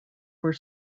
were